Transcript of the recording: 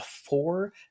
four